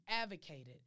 advocated